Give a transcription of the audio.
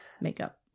Makeup